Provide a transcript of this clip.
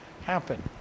happen